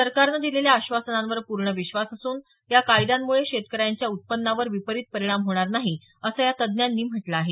सरकारनं दिलेल्या आश्वासनांवर पूर्ण विश्वास असून या कायद्यांमुळे शेतकऱ्यांच्या उत्पन्नावर विपरीत परिणाम होणार नाही असं या तज्ज्ञांनी म्हटलं आहे